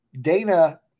Dana